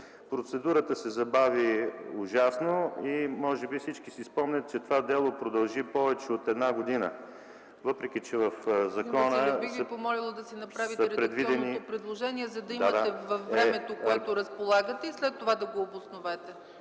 Процедурата се забави ужасно и може би всички си спомнят, че това дело продължи повече от една година, въпреки че в закона са предвидени...